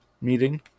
meeting